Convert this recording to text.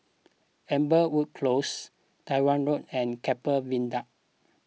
Amberwood Close Tyrwhitt Road and Keppel Viaduct